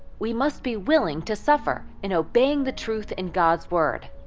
we must be willing to suffer in obeying the truth in god's word.